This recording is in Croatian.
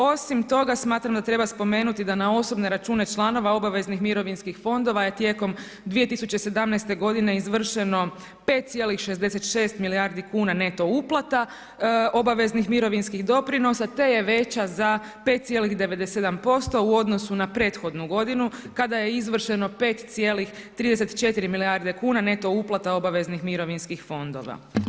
Osim toga, smatram da treba spomenuti da na osobne račune članova obaveznih mirovinskih fondova je tijekom 2017. godine izvršeno 5,66 milijardi kuna NETO uplata, obaveznih mirovinskih doprinosa te je veća za 5,97% u odnosu na prethodnu godinu kada je izvršeno 5,34 milijardne kuna NETO uplata obaveznih mirovinskih fondova.